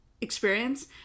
experience